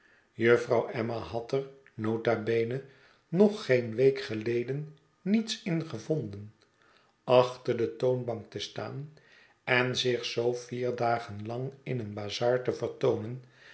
emma had er nota bene nog geen week geleden niets in gevonden achter de toonbank te staan en zich zoo vier dagen lang in een bazaar te vertoonen